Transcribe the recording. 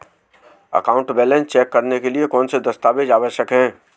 Account balance check करने के लिए कौनसे दस्तावेज़ आवश्यक हैं?